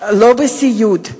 לא בסיעוד,